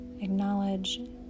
Acknowledge